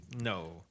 no